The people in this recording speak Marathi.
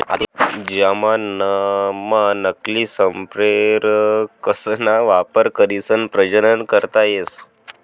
आधुनिक जमानाम्हा नकली संप्रेरकसना वापर करीसन प्रजनन करता येस